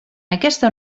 aquesta